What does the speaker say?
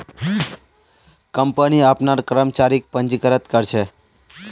company अपनार कर्मचारीक पंजीकृत कर छे